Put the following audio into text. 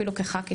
אפילו כח"כית,